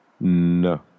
no